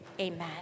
Amen